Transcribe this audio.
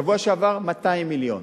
שעבר 200 מיליון.